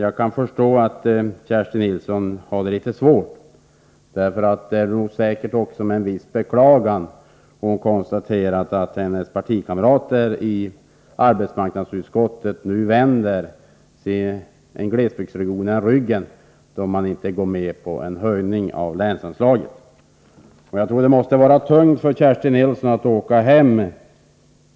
Jag kan förstå att Kerstin Nilsson har det litet svårt, för det är säkert med ett visst beklagande som hon konstaterar att hennes partikamrater i arbetsmarknadsutskottet nu vänder glesbygdsregionen ryggen, eftersom de ju inte går med på en höjning av länsanslaget. Det måste vara tungt för Kerstin Nilsson att behöva åka hem